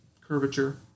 Curvature